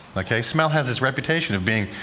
like ok? smell has this reputation of being